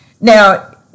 Now